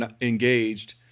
engaged